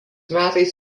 metais